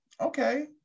okay